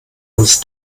uns